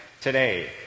today